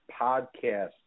Podcast